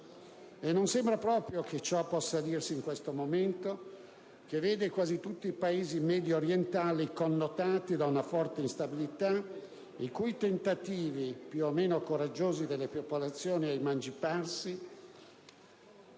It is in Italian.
E non mi sembra proprio che ciò possa dirsi in un momento in cui quasi tutti i Paesi mediorientali sono connotati da una forte instabilità e i tentativi, più o meno coraggiosi, della popolazione di emanciparsi